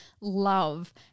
love